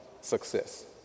success